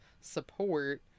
support